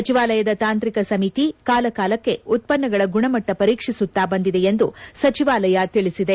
ಸಚಿವಾಲಯದ ತಾಂತ್ರಿಕ ಸಮಿತಿ ಕಾಲ ಕಾಲಕ್ಷೆ ಉತ್ಪನ್ನಗಳ ಗುಣಮಟ್ಟ ಪರೀಕ್ಷಿಸುತ್ತಾ ಬಂದಿದೆ ಎಂದು ಸಚಿವಾಲಯ ತಿಳಿಸಿದೆ